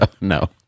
No